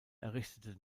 errichtete